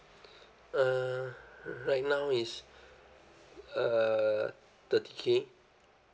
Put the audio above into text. uh right now is uh thirty K